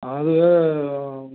அது